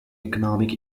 economic